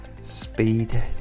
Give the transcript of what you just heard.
speed